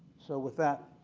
so, with that,